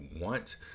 want